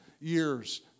years